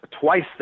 twice